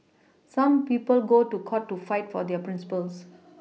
some people go to court to fight for their Principles